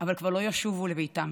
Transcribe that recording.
אבל כבר לא ישובו לביתם.